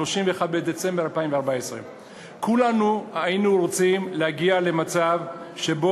31 בדצמבר 2014. כולנו היינו רוצים להגיע למצב שבו